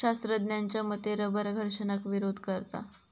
शास्त्रज्ञांच्या मते रबर घर्षणाक विरोध करता